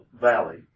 Valley